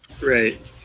Right